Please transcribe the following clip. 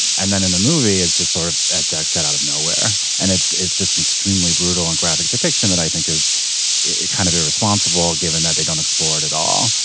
and then in the movie it's just sort of as jack said out of nowhere. and it's it's just extremely brutal and graphic depiction that i think is kind of irresponsible given that they don't export at all.